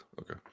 Okay